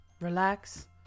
relax